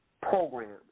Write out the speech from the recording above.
programs